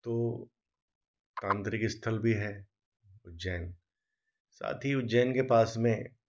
तो तांत्रिक स्थल भी है उज्जैन साथ ही उज्जैन के पास में